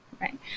right